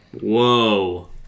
Whoa